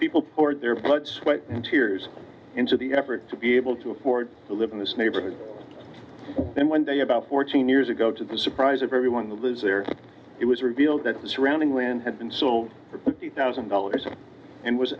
people or their blood sweat and tears into the effort to be able to afford to live in this neighborhood and one day about fourteen years ago to the surprise of everyone who lives there it was revealed that the surrounding land had been so the thousand dollars and was